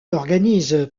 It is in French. organise